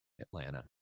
atlanta